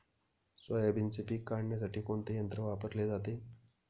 सोयाबीनचे पीक काढण्यासाठी कोणते यंत्र वापरले जाते?